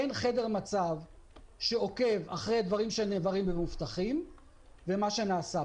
אין חדר מצב שעוקב אחרי דברים שנאמרים ומובטחים ואחרי מה שנעשה.